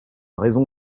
raison